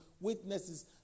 witnesses